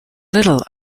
little